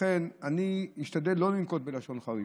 אני אשתדל שלא לנקוט לשון חריפה,